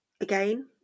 again